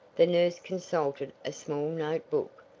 the nurse consulted a small note book.